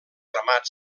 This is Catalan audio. ramat